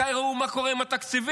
מתי ראו מה קורה עם התקציבים?